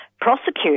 Prosecute